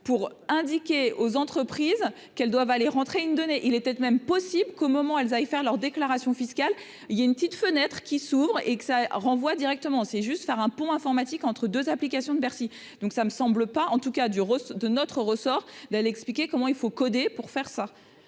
pour indiquer aux entreprises qu'elles doivent aller rentrer une donnée, il était même possible qu'au moment elles aillent faire leur déclaration fiscale il y a une petite fenêtre qui s'ouvre et que ça renvoie directement c'est juste par un pont informatique entre 2 applications de Bercy, donc ça me semble pas en tout cas du de notre ressort l'expliquer comment il faut codé pour faire ça,